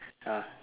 ah